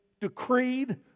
decreed